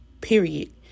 period